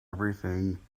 everything